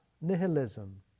nihilism